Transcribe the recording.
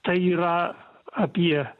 tai yra apie